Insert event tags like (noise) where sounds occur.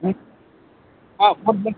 ಹ್ಞೂ ಹಾಂ (unintelligible)